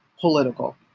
political